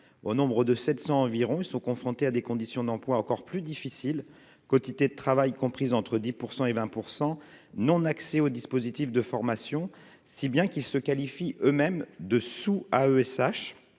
au nombre de 700 environ, ils sont confrontés à des conditions d'emploi encore plus difficile, quantité de travail comprise entre 10 % et 20 % non accès aux dispositifs de formation, si bien qu'ils se qualifient eux-mêmes de sous à ESH